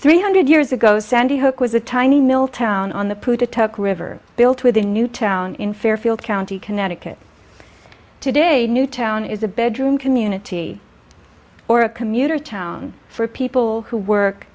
three hundred years ago sandy hook was a tiny mill town on the river built with a new town in fairfield county connecticut today newtown is a bedroom community or a commuter town for people who work